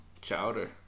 Chowder